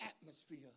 atmosphere